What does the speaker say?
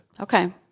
Okay